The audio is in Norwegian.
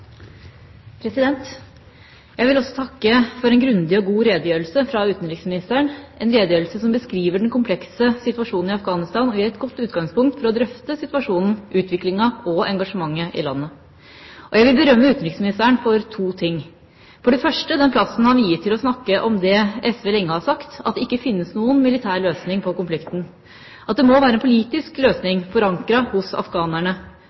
god redegjørelse fra utenriksministeren, en redegjørelse som beskriver den komplekse situasjonen i Afghanistan og som gir et godt utgangspunkt for å drøfte situasjonen, utviklinga og engasjementet i landet. Jeg vil berømme utenriksministeren for to ting. For det første den plassen han viet til å snakke om det SV lenge har sagt, at det ikke finnes noen militær løsning på konflikten, at det må være en politisk løsning, forankret hos afghanerne,